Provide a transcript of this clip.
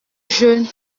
jeune